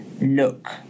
look